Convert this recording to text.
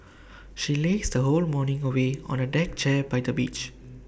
she lazed her whole morning away on A deck chair by the beach